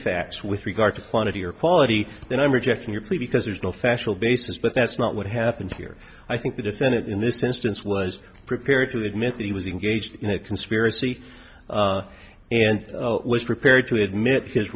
facts with regard to quantity or quality then i'm rejecting your plea because there's no factual basis but that's not what happened here i think the defendant in this instance was prepared to admit that he was engaged in a conspiracy and was prepared to admit his